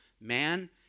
Man